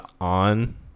on